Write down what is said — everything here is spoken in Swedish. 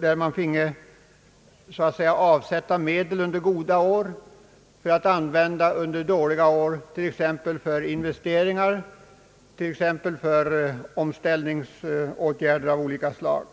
vilken finge avsättas medel under goda år för att användas under dåliga år, t.ex. för investeringar eller för omställningsåtgärder av olika slag.